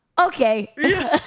Okay